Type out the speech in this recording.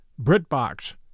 BritBox